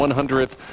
100th